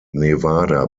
nevada